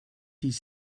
his